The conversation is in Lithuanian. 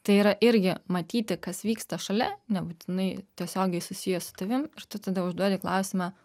tai yra irgi matyti kas vyksta šalia nebūtinai tiesiogiai susiję su tavimi ir tu tada užduodi klausimą